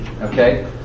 Okay